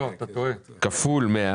כפול 100